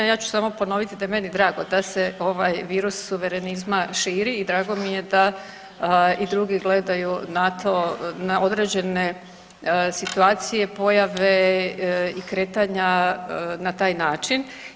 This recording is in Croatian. Ja ću samo ponoviti da je meni drago da se ovaj virus suverenizma širi i drago mi je da i drugi gledaju na to, na određene situacije, pojave i kretanja na taj način.